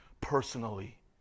personally